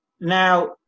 Now